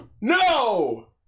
No